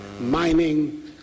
mining